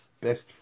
best